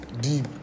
deep